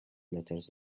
letters